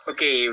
Okay